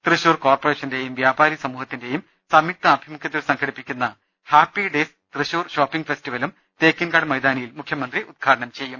തൃശൂർ കോർപ്പറേഷന്റെയും വ്യാപാരി സമൂഹ ത്തിന്റെയും സംയുക്ത ആഭിമുഖ്യത്തിൽ സംഘടിപ്പിക്കുന്ന ഹാപ്പി ഡേയ്സ് തൃശൂർ ഷോപ്പിംഗ് ഫെസ്റ്റിവലും തേക്കിൻകാട് മൈതാനിയിൽ മുഖ്യമന്ത്രി ട ഉദ്ഘാടനം ചെയ്യും